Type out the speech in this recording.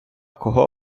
кого